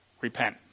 Repent